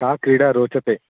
का क्रीडा रोचते